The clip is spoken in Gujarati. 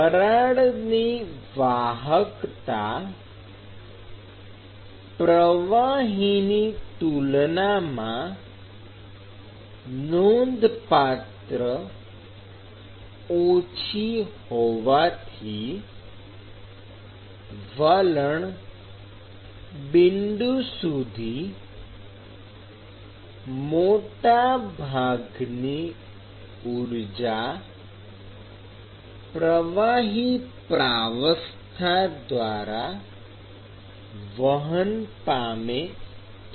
વરાળની વાહકતા પ્રવાહીની તુલનામાં નોંધપાત્ર ઓછી હોવાથી વલણ બિંદુ સુધી મોટાભાગની ઊર્જા પ્રવાહી પ્રાવસ્થા દ્વારા વહન પામે છે